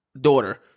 daughter